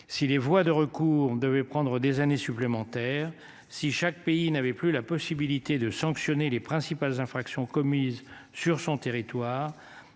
Si les voies de recours, on devait prendre des années supplémentaires. Si chaque pays n'avaient plus la possibilité de sanctionner les principales infractions commises sur son territoire.